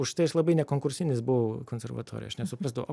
už tai aš labai nekonkursinis buvau konservatorijoj aš nesuprasdavau